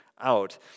out